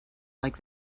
like